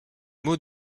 mot